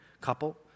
couple